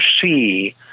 see